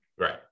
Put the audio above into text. Right